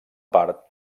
part